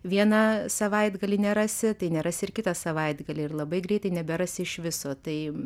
vieną savaitgalį nerasi tai nerasi ir kitą savaitgalį ir labai greitai neberasi iš viso tai